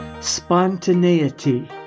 spontaneity